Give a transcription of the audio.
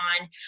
on